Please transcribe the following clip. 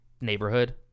neighborhood